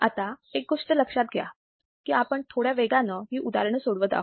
आता इथे एक गोष्ट लक्षात घ्या आपण थोड्या वेगाने ही उदाहरणं सोडवत आहोत